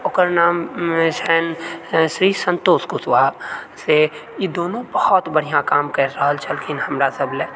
ओकर नाम छनि श्री संतोष कुशवाहा से ई दुनू बहुत बढ़िआँ काम करि रहल छलखिन हमरासभ लेल